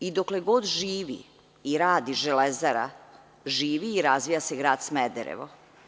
Dokle god živi i radi Železara, živi i razvija se grad Smederevo.